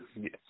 Yes